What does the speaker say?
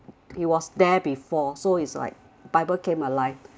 he was there before so it's like bible came alive